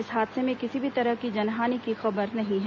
इस हादसे में किसी भी तरह की जनहानि की खबर नहीं है